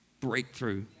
breakthrough